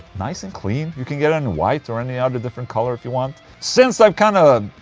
nice and clean, you can get it in white or any other different color if you want since i've kind of,